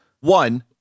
One